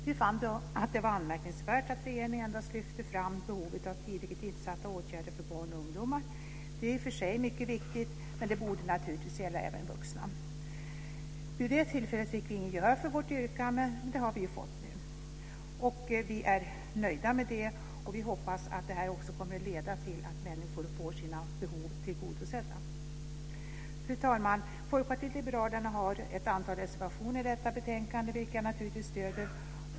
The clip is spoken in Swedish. Vi fann att det var anmärkningsvärt att regeringen endast lyfte fram behovet av tidigt insatta åtgärder för barn och ungdomar. Det är i och för sig mycket viktigt, men det borde naturligtvis även gälla vuxna. Vid det tillfället fick vi inget gehör för vårt yrkande, men det har vi fått nu. Vi är nöjda med det, och vi hoppas att det här också kommer att leda till att människor får sina behov tillgodosedda. Fru talman! Folkpartiet liberalerna har ett antal reservationer i detta betänkande vilka jag naturligtvis stöder.